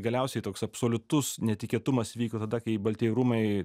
galiausiai toks absoliutus netikėtumas įvyko tada kai baltieji rūmai